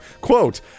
quote